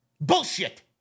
Bullshit